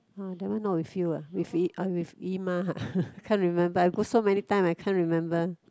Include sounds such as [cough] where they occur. ah that one not with you ah with 姨 with 姨妈：yi ma uh [laughs] I can't remember I go so many time I can't remember